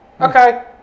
Okay